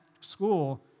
school